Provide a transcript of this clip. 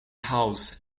house